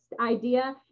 idea